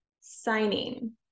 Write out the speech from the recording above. signing